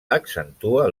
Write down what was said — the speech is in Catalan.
accentua